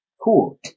cool